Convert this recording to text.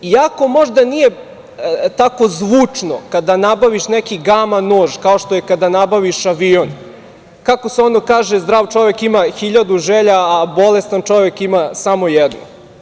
Iako možda nije tako zvučno kada nabaviš neki gama-nož kao što je kada nabaviš avion, kako se ono kaže – zdrav čovek ima hiljadu želja, a bolestan čovek ima samo jednu.